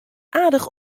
aardich